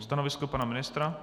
Stanovisko pana ministra?